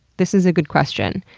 this is a good question.